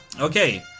okay